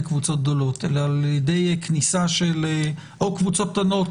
קבוצות גדולות אלא או על ידי כניסה של קבוצות קטנות,